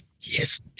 Yes